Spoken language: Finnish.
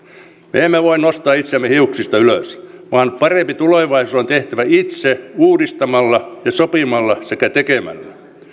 me emme voi nostaa itseämme hiuksista ylös vaan parempi tulevaisuus on tehtävä itse uudistamalla ja sopimalla sekä tekemällä